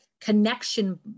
connection